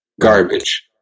garbage